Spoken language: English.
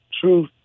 true